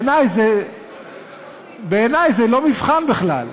בעיני זה לא מבחן בכלל,